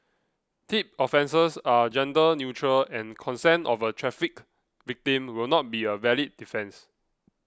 Tip offences are gender neutral and consent of a trafficked victim will not be a valid defence